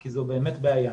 כי זו באמת בעיה.